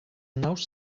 naus